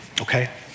Okay